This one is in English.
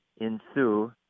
ensue